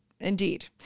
Indeed